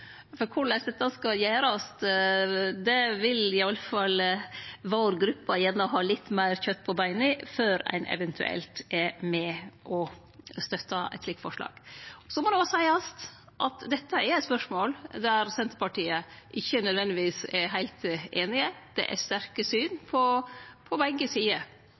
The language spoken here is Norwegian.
for korleis dette skal gjerast, vil iallfall vår gruppe gjerne ha litt meir kjøt på beinet før ein eventuelt er med og støttar eit slikt forslag. Så må det òg seiast at dette er eit spørsmål der alle i Senterpartiet ikkje nødvendigvis er heilt einige, det er sterke syn på begge sider.